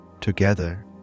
Together